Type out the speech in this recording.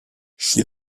she